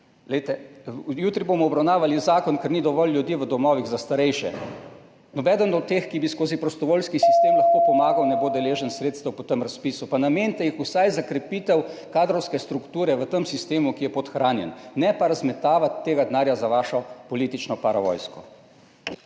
letih. Jutri bomo obravnavali zakon, ker ni dovolj ljudi v domovih za starejše. Nobeden od teh, ki bi skozi prostovoljski sistem lahko pomagal, ne bo deležen sredstev po tem razpisu. Pa namenite jih vsaj za krepitev kadrovske strukture v tem sistemu, ki je podhranjen, ne pa razmetavati tega denarja za vašo politično paravojsko!